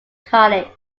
college